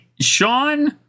Sean